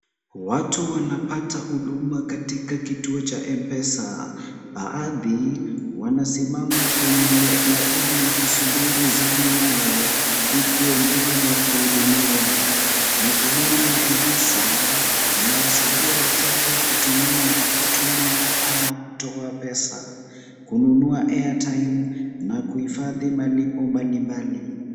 Watu wanapata huduma katika kituo cha M-Pesa, baadhi wanasimama kwenye laini wakisubiri zamu yao huku wengine wakihudumiwa. Mhudumu wa M-Pesa, anawasaidia wateja kutumia, kutuma au kutoa pesa, kununua airtime na kuhifadhi malipo mbalimbali.